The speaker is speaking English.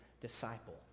disciple